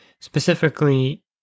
specifically